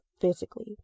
physically